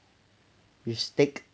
with steak